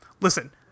listen